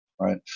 right